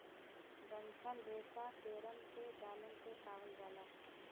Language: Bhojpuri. डंठल रेसा पेड़न के डालन से पावल जाला